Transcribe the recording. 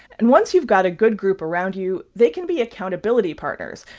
and once you've got a good group around you, they can be accountability partners.